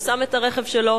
הוא שם את הרכב שלו,